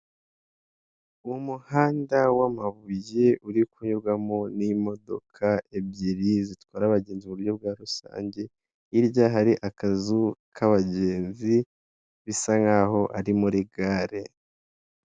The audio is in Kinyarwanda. Umuhanda w'amabuye uri kunyurwamo n'imodoka ebyiri zitwara abagenzi mu uburyo bwa rusange hirya hari akazu k'abagenzi bisa nkaho ari muri gare.